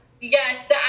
Yes